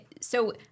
so-